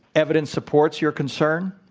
evidence supports your concern.